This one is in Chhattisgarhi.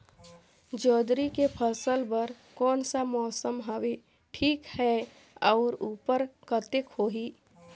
जोंदरी के फसल बर कोन सा मौसम हवे ठीक हे अउर ऊपज कतेक होही?